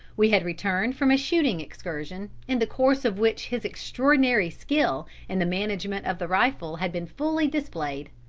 we had returned from a shooting excursion, in the course of which his extraordinary skill in the management of the rifle had been fully displayed.